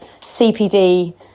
CPD